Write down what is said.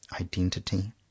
identity